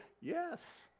Yes